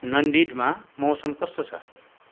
नानडिडमा मौसम कस्तो छ